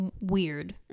weird